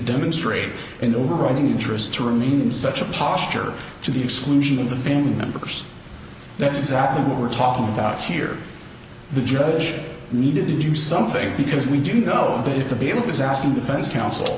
demonstrate an overriding interest to remain in such a posture to the exclusion of the family members that's exactly what we're talking about here the judge needed to do something because we do know that if the bill was asking defense counsel